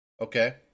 Okay